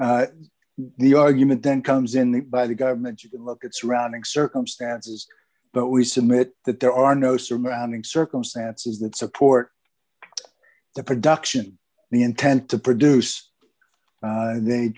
that the argument then comes in the by the government you look at surrounding circumstances but we submit that there are no surrounding circumstances that support the production the intent to produce and they